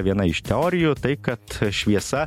viena iš teorijų tai kad šviesa